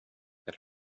that